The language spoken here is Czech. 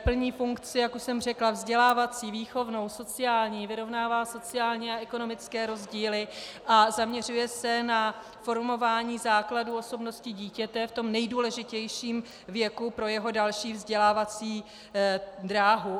Plní funkci, jak už jsem řekla, vzdělávací, výchovnou, sociální, vyrovnává sociální a ekonomické rozdíly a zaměřuje se na formování základů osobnosti dítěte v tom nejdůležitějším věku pro jeho další vzdělávací dráhu.